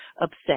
upset